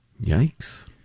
Yikes